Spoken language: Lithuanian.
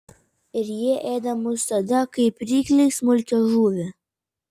ir jie ėda mus tada kaip rykliai smulkią žuvį